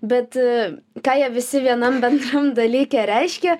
bet ką jie visi vienam bendram dalyke reiškia